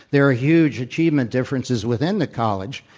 there are huge achievement differences within the college.